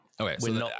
Okay